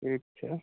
ठीक छै